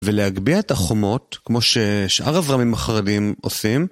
ולהגביה את החומות כמו ששאר הזרמים החרדים עושים.